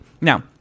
Now